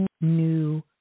new